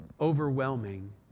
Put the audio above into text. overwhelming